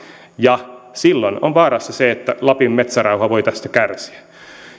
ja silloin on vaarana se että lapin metsärauha voi tästä kärsiä